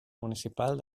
municipal